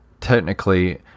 technically